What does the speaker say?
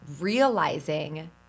realizing